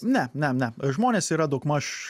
ne ne ne žmonės yra daugmaž